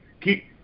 keep